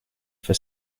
for